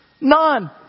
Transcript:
none